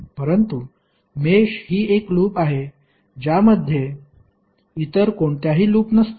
परंतु मेष ही एक लूप आहे ज्यामध्ये इतर कोणत्याही लूप नसतात